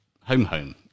home-home